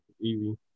easy